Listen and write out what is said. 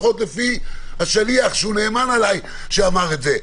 לפחות לפי השליח שהוא נאמן עלי שאמר את זה,